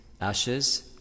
ashes